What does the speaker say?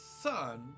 son